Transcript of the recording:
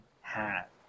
hat